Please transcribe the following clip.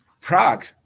Prague